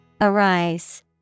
Arise